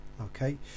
okay